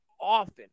often